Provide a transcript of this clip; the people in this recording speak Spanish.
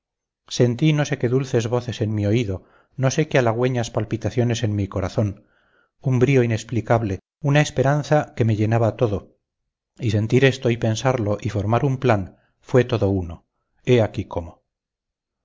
sentí no sé qué dulces voces en mi oído no sé qué halagüeñas palpitaciones en mi corazón un brío inexplicable una esperanza que me llenaba todo y sentir esto y pensarlo y formar un plan fue todo uno he aquí cómo